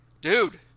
Dude